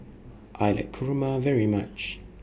I like Kurma very much